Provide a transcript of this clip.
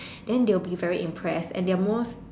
then they will be very impress and their most